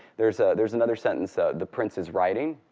there's ah there's another sentence, the prince is riding.